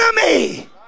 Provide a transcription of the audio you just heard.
enemy